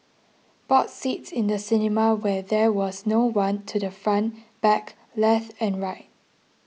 bought seats in the cinema where there was no one to the front back left and right